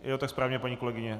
Je to tak správně, paní kolegyně?